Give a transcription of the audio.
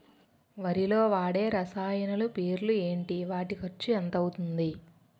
వరిలో వాడే రసాయనాలు పేర్లు ఏంటి? వాటి ఖర్చు ఎంత అవతుంది?